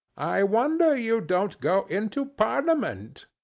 i wonder you don't go into parliament.